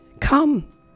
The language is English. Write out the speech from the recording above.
Come